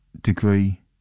degree